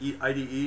IDE